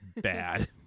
bad